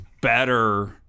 better